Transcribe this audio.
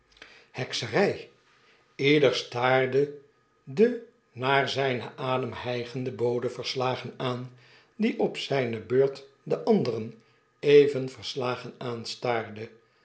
hekserij ieder staarde den naar zynen adem hygenden bode verslagen aan die op zyne beurt de anderen even verslagen aanstaarde